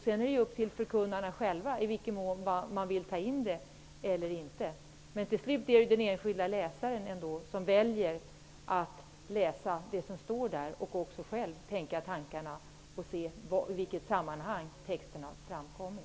Sedan är det upp till förkunnarna själva i vilken mån man vill ta in det. Till slut är det ju ändå den enskilda läsaren som väljer att läsa det som står där och också själv tänker och ser i vilket sammanhang texterna har framkommit.